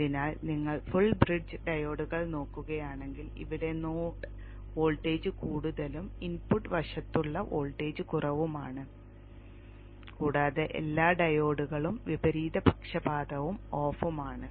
അതിനാൽ നിങ്ങൾ ഫുൾ ബ്രിഡ്ജിലെ ഡയോഡുകൾ നോക്കുകയാണെങ്കിൽ ഇവിടെ നോഡ് വോൾട്ടേജ് കൂടുതലും ഇൻപുട്ട് വശത്തുള്ള വോൾട്ടേജ് കുറവുമാണ് കൂടാതെ എല്ലാ ഡയോഡുകളും വിപരീത പക്ഷപാതവും ഓഫും ആണ്